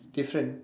different